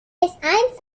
einfache